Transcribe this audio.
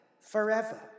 Forever